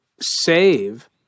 save